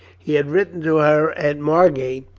he had written to her at margate,